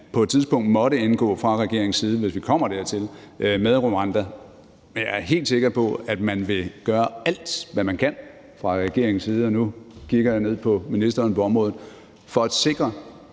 på et tidspunkt må indgå fra regeringens side med Rwanda, hvis det kommer dertil, men jeg er helt sikker på, at man vil gøre alt, hvad man kan, fra regeringens side – og nu kigger jeg ned på ministeren på området – for at sikre,